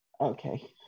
Okay